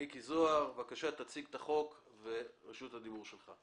מיקי זוהר, בבקשה תציג את החוק ורשות הדיבור שלך.